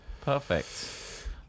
perfect